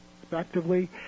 respectively